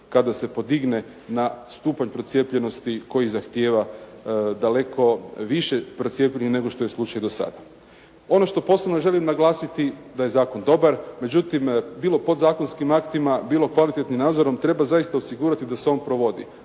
kada se podigne na stupanj procijepljenosti koji zahtijeva daleko više procijepljenih nego što je slučaj do sada. Ono što posebno želim naglasiti da je zakon dobar, međutim bilo podzakonskim aktima, bilo kvalitetnim nadzorom treba zaista osigurati da se on provodi.